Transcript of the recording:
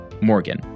Morgan